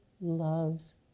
loves